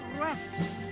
rest